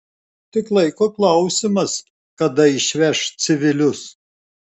tik laiko klausimas kada išveš civilius